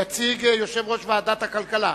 יציג את הצעת החוק יושב-ראש ועדת הכלכלה.